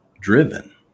driven